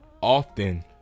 often